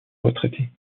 retraités